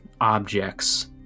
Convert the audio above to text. objects